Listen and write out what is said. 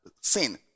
sin